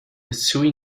missouri